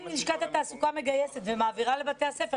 אם לשכת התעסוקה מגייסת ומעבירה לבתי הספר,